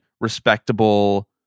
respectable